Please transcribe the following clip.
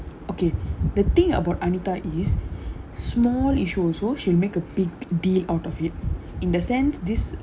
okay the thing about anita small issue also she'll make a big deal out of it in the sense this